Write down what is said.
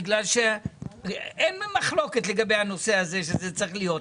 בגלל שאין מחלוקת לגבי הנושא הזה שזה צריך להיות,